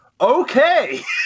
okay